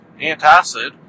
Antacid